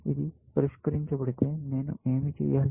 ఇది పరిష్కరించబడితే నేను ఏమి చేయాలి